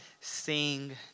sing